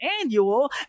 Annual